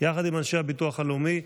יחד עם אנשי הביטוח הלאומי,